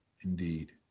indeed